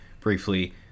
briefly